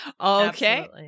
okay